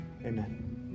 Amen